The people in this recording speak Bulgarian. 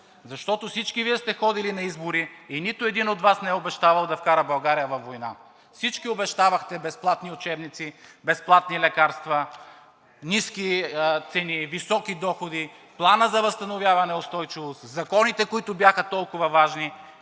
защото всички Вие сте ходили на избори и нито един от Вас не е обещавал да вкара България във война. Всички обещавахте безплатни учебници, безплатни лекарства, ниски цени, високи доходи, Плана за възстановяване и устойчивост, законите, които бяха толкова важни,